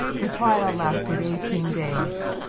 the trial lasted eighteen days,